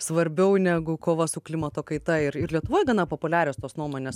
svarbiau negu kova su klimato kaita ir ir lietuvoj gana populiarios tos nuomonės